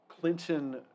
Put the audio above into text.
Clinton